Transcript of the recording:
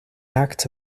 act